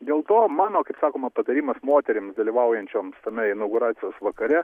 dėl to mano kaip sakoma patarimas moterims dalyvaujančioms tame inauguracijos vakare